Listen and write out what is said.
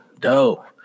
dope